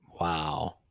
Wow